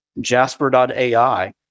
jasper.ai